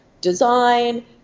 design